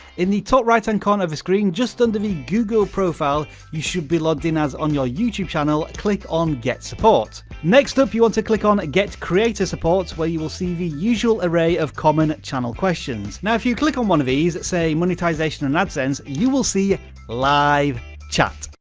in the top right-hand corner of the screen, just under the google profile you should be logged in as on your youtube channel click on get support. next up you want to click on get creator support where you will see the usual array of common channel questions. now you click on one of these, say monetization and ad sense, you will see live chat.